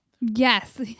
Yes